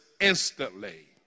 instantly